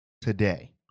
today